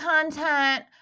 content